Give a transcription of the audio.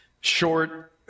short